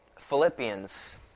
Philippians